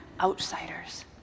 outsiders